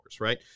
right